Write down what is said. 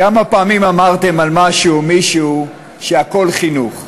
כמה פעמים אמרתם על משהו או מישהו שהכול חינוך?